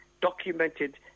documented